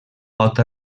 pot